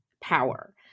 power